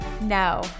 No